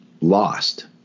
lost